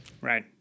Right